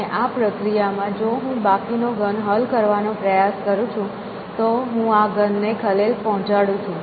અને આ પ્રક્રિયામાં જો હું બાકીનો ઘન હલ કરવાનો પ્રયાસ કરું છું તો હું આ ઘનને ખલેલ પહોંચાડું છું